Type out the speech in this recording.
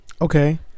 Okay